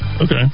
Okay